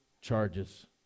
charges